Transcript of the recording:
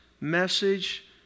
message